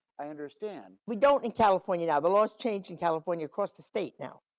i understand. we don't in california now, the law's change in california across the state now.